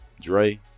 Dre